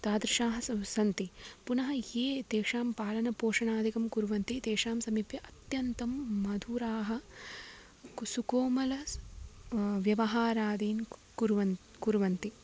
तादृशाः स सन्ति पुनः ये तेषां पालनपोषणादिकं कुर्वन्ति तेषां समीपे अत्यन्तं मधुराः कु सुकोमलाः व्यवहारादी कुर्वन्ति कुर्वन्ति